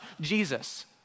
Jesus